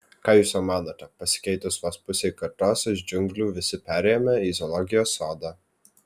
ką jūs sau manote pasikeitus vos pusei kartos iš džiunglių visi perėjome į zoologijos sodą